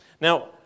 Now